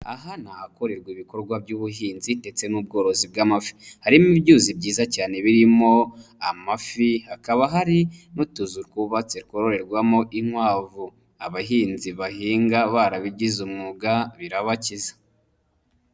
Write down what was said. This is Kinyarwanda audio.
Aha ni ahahakorerwa ibikorwa by'ubuhinzi ndetse n'ubworozi bw'amafi, harimo ibyuzi byiza cyane birimo amafi, hakaba hari n'utuzu twubatse twororerwamo inkwavu, abahinzi bahinga barabigize umwuga birabakiza.